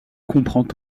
comprend